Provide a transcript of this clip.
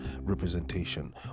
representation